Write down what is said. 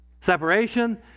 Separation